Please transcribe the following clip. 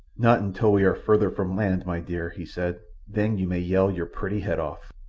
not until we are farther from land, my dear, he said. then you may yell your pretty head off.